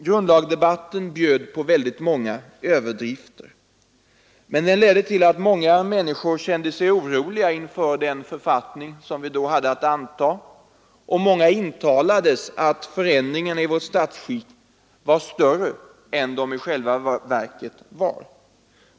Grundlagsdebatten bjöd på många överdrifter. Men den ledde till att många människor kom att känna sig oroliga inför den författning som vi då hade att anta, och många intalades att förändringarna i vårt statsskick var större än de i själva verket var.